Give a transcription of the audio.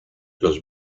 los